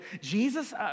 Jesus